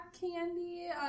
candy